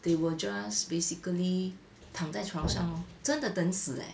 they will just basically 躺在床上 orh 真的等死 eh